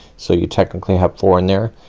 so you technically have four in there,